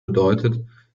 bedeutet